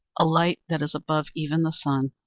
a light that is above even the sun.